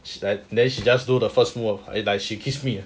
then she just do the move like she kiss me